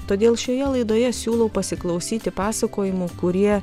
todėl šioje laidoje siūlau pasiklausyti pasakojimų kurie